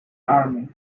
army